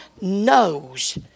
knows